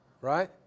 Right